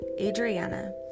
Adriana